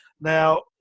Now